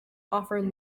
offer